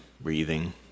breathing